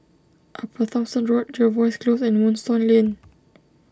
Upper Thomson Road Jervois Close and Moonstone Lane